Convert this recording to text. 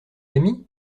ami